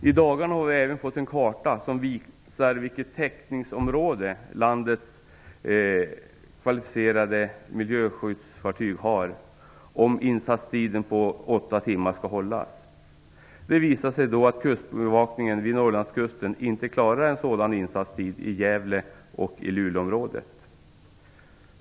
I dagarna har vi även fått en karta som visar vilket täckningsområde landets kavalificerade miljöskyddsfartyg har om insatstiden på 8 timmar skall hållas. Det visar sig att kustbevakningen vid Norrlandskusten inte klarar en sådan insatstid i Gävle och i Luleåområdet.